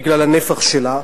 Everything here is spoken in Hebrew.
בגלל הנפח שלה.